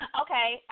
okay